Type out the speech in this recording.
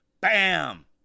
Bam